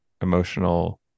emotional